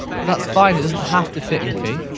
but that's fine. it doesn't have to fit in key.